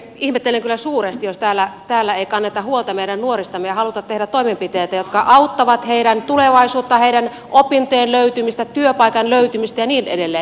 ihmettelen kyllä suuresti jos täällä ei kanneta huolta meidän nuoristamme ja haluta tehdä toimenpiteitä jotka auttavat heidän tulevaisuuttaan heidän opintojensa löytymistä työpaikkansa löytymistä ja niin edelleen